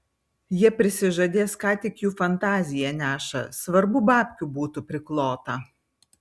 jie prisižadės ką tik jų fantazija neša svarbu babkių būtų priklota